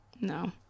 No